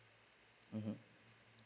mmhmm